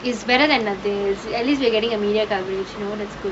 is better than nothing is at least we're getting a media coverage you know in school